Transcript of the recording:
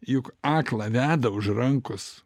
juk aklą veda už rankos